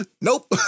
Nope